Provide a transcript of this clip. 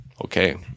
okay